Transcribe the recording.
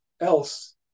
else